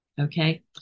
Okay